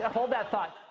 hold that thought.